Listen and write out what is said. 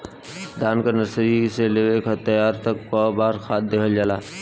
धान के नर्सरी से लेके तैयारी तक कौ बार खाद दहल जाला?